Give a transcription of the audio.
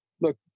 look